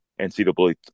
NCAA